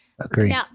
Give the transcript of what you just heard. Agree